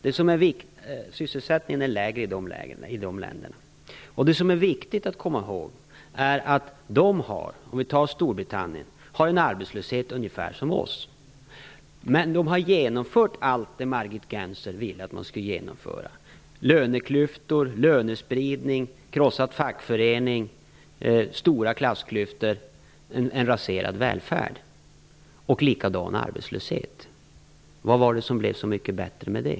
Det är viktigt att komma ihåg att t.ex. Storbritannien har en arbetslöshet som är ungefär lika stor som i Sverige. Men där har man genomfört allt det som Margit Gennser vill genomföra. Där har man löneklyftor, lönespridning, en krossad fackförening, stora klassklyftor, en raserad välfärd och en lika hög arbetslöshet. Vad är det som är så mycket bättre med det?